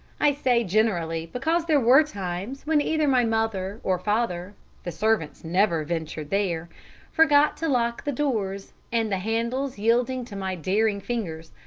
i say generally because there were times when either my mother or father the servants never ventured there forgot to lock the doors, and the handles yielding to my daring fingers,